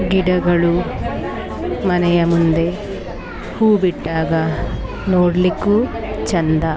ಗಿಡಗಳು ಮನೆಯ ಮುಂದೆ ಹೂ ಬಿಟ್ಟಾಗ ನೋಡ್ಲಿಕ್ಕೂ ಚೆಂದ